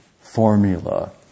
formula